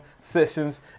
sessions